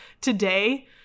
today